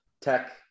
tech